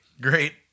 great